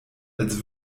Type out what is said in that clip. als